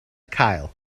cael